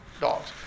dogs